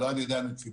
לא על ידי הנציבות.